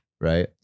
right